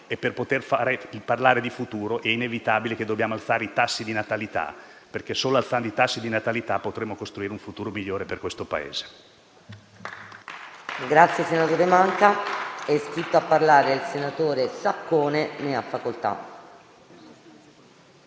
E, per poter parlare di futuro, dobbiamo inevitabilmente alzare i tassi di natalità, perché solo alzando i tassi di natalità potremo costruire un futuro migliore per questo Paese.